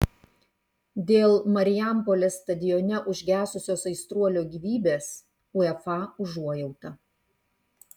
dėl marijampolės stadione užgesusios aistruolio gyvybės uefa užuojauta